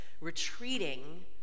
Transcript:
retreating